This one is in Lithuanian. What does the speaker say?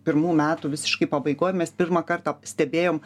pirmų metų visiškai pabaigoj mes pirmą kartą stebėjom